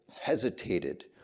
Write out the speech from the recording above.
hesitated